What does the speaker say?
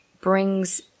brings